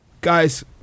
guys